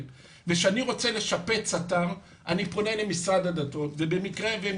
וכשאני רוצה לשפץ אתר אני פונה למשרד הדתות ובמקרה והם